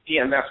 EMS